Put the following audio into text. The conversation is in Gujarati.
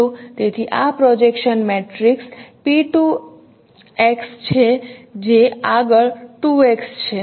તેથી આ પ્રોજેક્શન મેટ્રિક્સ P2x છે જે આગળ 2 x છે